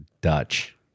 Dutch